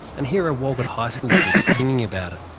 and here are walgett high school kids singing about it